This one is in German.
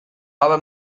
habe